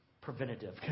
preventative